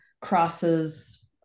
crosses